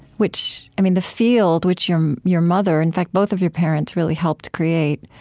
which i mean the field which your your mother, in fact both of your parents really helped create,